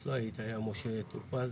את לא היית, היה משה טופז.